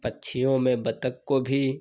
पक्षियों में बत्तख को भी